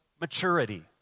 maturity